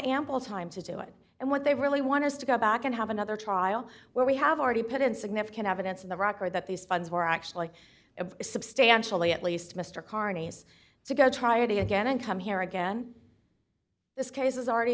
ample time to do it and what they really want us to go back and have another trial where we have already put in significant evidence in the record that these funds were actually substantially at least mr carney has to go try it again and come here again this case has already